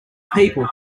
people